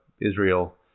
Israel